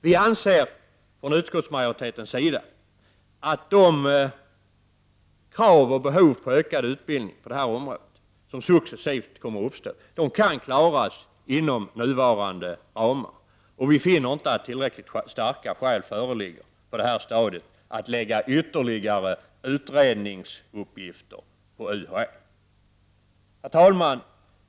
Vi anser från utskottsmajoritetens sida att de krav på och behov av ökad utbildning på detta område som successivt kommer att uppstå kan klaras inom nuvarande ramar, och vi finner inte att tillräckligt starka skäl föreligger att på det här stadiet lägga ytterligare utredningsuppgifter på UHÄ. Herr talman!